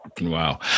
Wow